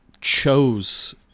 chose